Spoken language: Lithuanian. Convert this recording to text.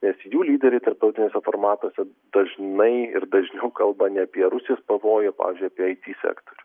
nes jų lyderiai tarptautiniuose formatuose dažnai ir dažniau kalba ne apie rusijos pavojų o pavyzdžiui apie it sektorių